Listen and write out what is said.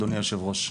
אדוני היושב ראש.